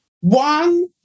one